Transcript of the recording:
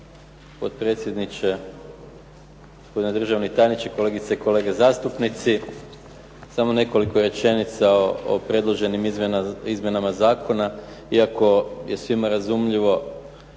potpredsjedniče, gospodine državni tajniče, kolegice i kolege zastupnici. Samo nekoliko rečenica o predloženim izmjenama zakona, iako je svima razumljivo